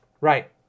Right